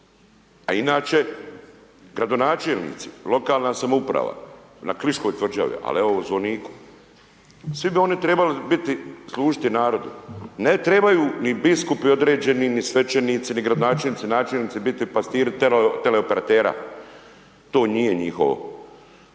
a inače gradonačelnici, lokalna samouprava, na …/Govornik se ne razumije./… tvrđavi, ali evo zvoniku, svi bi oni trebali biti služiti narodu. Ne trebaju ni biskupi određeni, ni svećenici, ni gradonačelnici, načelnici, biti pastiri teleoperatera. To nije njihovo.